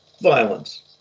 violence